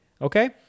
Okay